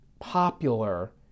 popular